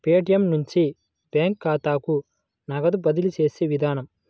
Paytm నుంచి bank ఖాతాకు నగదు బదిలీ చేసే విధానం